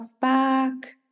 back